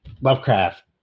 lovecraft